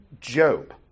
Job